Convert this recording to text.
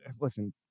listen